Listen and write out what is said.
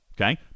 Okay